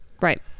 Right